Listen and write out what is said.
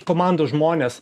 komandos žmonės